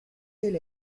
del